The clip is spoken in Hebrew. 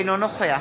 אינו נוכח